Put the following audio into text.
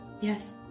Yes